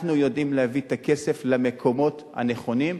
אנחנו יודעים להביא את הכסף למקומות הנכונים.